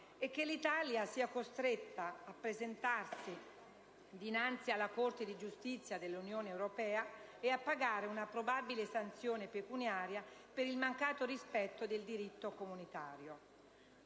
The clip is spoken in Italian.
dunque l'Italia sia costretta a presentarsi dinanzi alla Corte di giustizia dell'Unione europea e a pagare una probabile sanzione pecuniaria per il mancato rispetto del diritto comunitario.